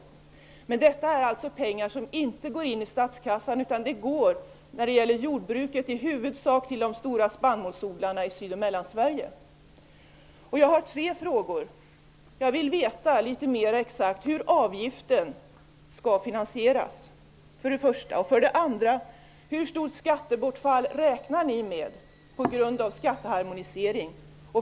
Detta är alltså pengar som inte går in i statskassan. När det gäller jordbruket går de i huvudsak till de stora spannmålsodlarna i Syd och Mellansverige. Jag har tre frågor. För det första vill jag veta mera exakt hur avgiften skall finansieras. För det andra: Hur stort skattebortfall räknar ni med på grund av skatteharmonisering?